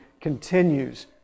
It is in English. continues